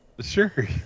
Sure